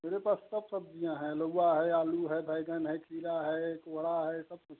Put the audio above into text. मेरे पास सब सब्जियाँ हैं लुगवा है आलू है बैंगन है खीरा है कोहड़ा है सब कुछ है